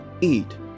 eat